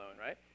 right